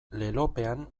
lelopean